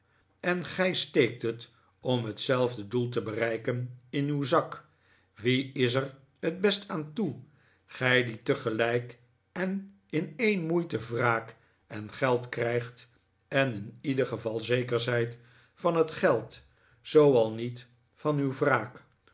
en gij steekt het om hetzelfde doel te bereiken in uw zak wie is er het best aan toe gij die tegelijk en in een moeite wraak en geld krijgt en in ieder geval zeker zijt van het geld zoo al niet van uw wraak